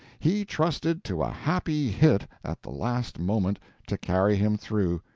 he trusted to a happy hit at the last moment to carry him through,